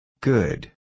Good